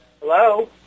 hello